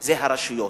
זה הרשויות,